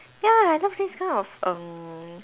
ya I love this kind of um